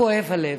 כואב הלב,